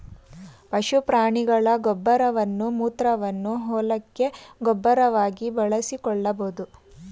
ಪಶು ಪ್ರಾಣಿಗಳ ಗೊಬ್ಬರವನ್ನು ಮೂತ್ರವನ್ನು ಹೊಲಕ್ಕೆ ಗೊಬ್ಬರವಾಗಿ ಬಳಸಿಕೊಳ್ಳಬೋದು